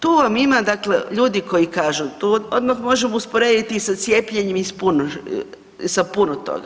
Tu vam ima, dakle, ljudi koji kažu, tu odmah možemo usporediti i sa cijepljenjem i sa puno toga.